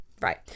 right